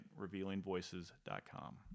revealingvoices.com